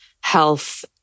health